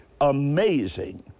amazing